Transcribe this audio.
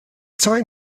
time